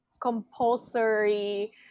compulsory